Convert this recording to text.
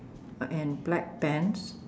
uh and black pants